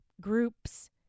groups